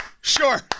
sure